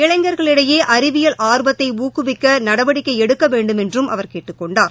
இளைஞர்களிடையே அறிவியல் ஆர்வத்தை ஊக்குவிக்க நடவடிக்கை எடுக்க வேண்டுமென்றும் அவர் கேட்டுக் கொண்டார்